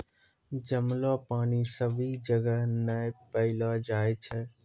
जमलो पानी सभी जगह नै पैलो जाय छै